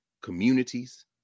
communities